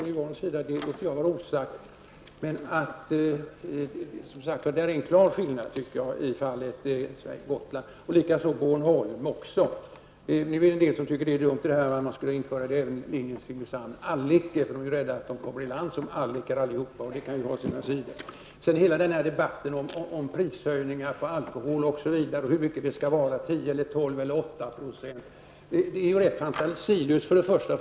Men jag vill låta det vara osagt hur det förhåller sig i det fallet. Jag tycker i varje fall att det finns en klar skillnad i det här sammanhanget när det gäller sträckan mellan fastlandet och Gotland resp. Bornholm. En del tycker att det är dumt att införa samma villkor för linjen Simrishamn--''Allike''. Man är rädd för att alla skall komma i land som ''allikar'' -- och det kan ju ha sina sidor. För det första kan hela debatten om prishöjningar vad gäller alkohol t.ex. och om procentsatser -- 10, 12 eller 8 %-- betecknas som ett rätt så fantasilöst resonemang.